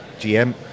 GM